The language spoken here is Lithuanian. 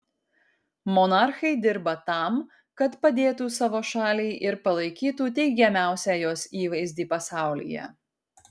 monarchai dirba tam kad padėtų savo šaliai ir palaikytų teigiamiausią jos įvaizdį pasaulyje